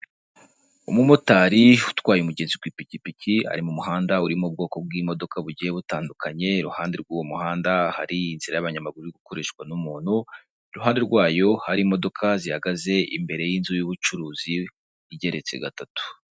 Umumotari utwaye umugenzi ku ipikipiki ari mu muhanda urimo ubwoko bw'imodoka bugiye butandukanye, iruhande rw'uwo muhanda hari inzira y'abanyamaguru ikoreshwa n'umuntu, iruhande rwayo hari imodoka zihagaze imbere y'inzu y'ubucuruzi igeretse gatatu.